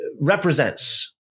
represents